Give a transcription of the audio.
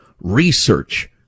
research